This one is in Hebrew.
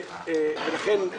ולכן,